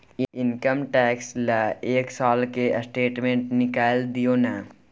Income tax ल एक साल के स्टेटमेंट निकैल दियो न?